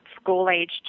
school-age